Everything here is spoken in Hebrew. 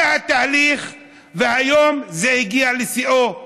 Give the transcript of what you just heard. זה התהליך, והיום זה הגיע לשיאו.